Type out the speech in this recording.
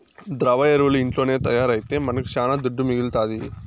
ద్రవ ఎరువులు ఇంట్లోనే తయారైతే మనకు శానా దుడ్డు మిగలుతాది